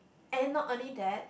and not only that